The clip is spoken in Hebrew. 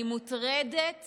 אני מוטרדת